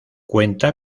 cuenta